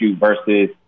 versus